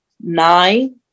nine